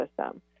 system